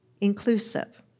inclusive